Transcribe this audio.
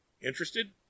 Interested